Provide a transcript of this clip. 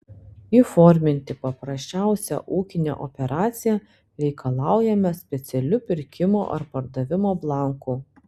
įforminti paprasčiausią ūkinę operaciją reikalaujama specialių pirkimo ar pardavimo blankų